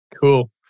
Cool